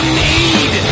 need